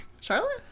Charlotte